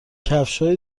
کفشهای